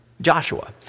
Joshua